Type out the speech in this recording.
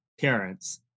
parents